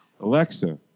Alexa